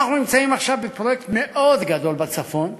אנחנו נמצאים עכשיו בפרויקט מאוד גדול בצפון,